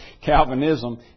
Calvinism